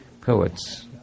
poets